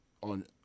on